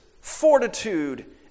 fortitude